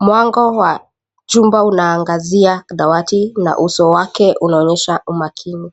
Mwanga wa jua unaangazia dawati na uso wake unaonyesha umakini.